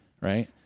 right